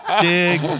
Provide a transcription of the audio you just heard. Dig